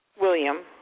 William